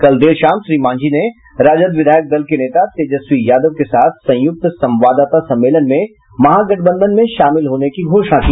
कल देर शाम श्री मांझी ने राजद विधायक दल के नेता तेजस्वी यादव के साथ संयुक्त संवाददाता सम्मेलन में महागठबंधन में शामिल होने की घोषणा की